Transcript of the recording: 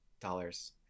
dollars